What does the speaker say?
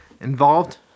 involved